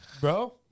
Bro